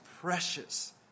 precious